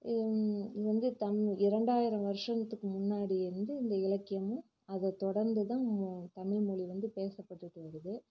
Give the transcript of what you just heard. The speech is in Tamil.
இது இது வந்து தம் இரண்டாயிரம் வருஷத்துக்கு முன்னாடி இருந்து இந்த இலக்கியமும் அதை தொடர்ந்து தான் நம்ம தமிழ்மொழி வந்து பேசப்பட்டுட்டு வருது